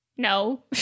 No